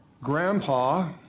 Grandpa